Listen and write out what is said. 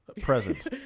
Present